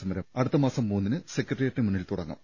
സമരം അടുത്തമാസം മൂന്നിന് സെക്രട്ടേറിയറ്റിന് മുന്നിൽ തുടങ്ങും